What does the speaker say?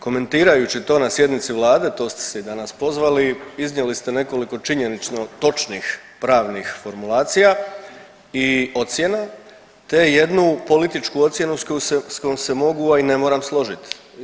Komentirajući to na sjednici vlade, to ste se i danas pozvali, iznijeli ste nekoliko činjenično točnih pravnih formulacija i ocjena te jednu političku ocjenu s kojom se mogu, a i ne moram složiti.